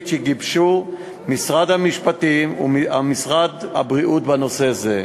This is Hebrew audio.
שגיבשו משרד המשפטים ומשרד הבריאות בנושא זה.